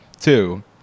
Two